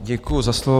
Děkuji za slovo.